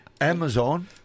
Amazon